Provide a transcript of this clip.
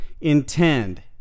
intend